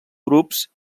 grups